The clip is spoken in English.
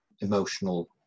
emotional